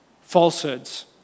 falsehoods